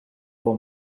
for